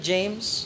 James